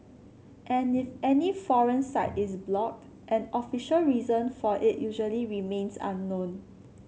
and if any foreign site is blocked an official reason for it usually remains unknown